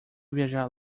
viajar